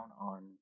on